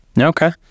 Okay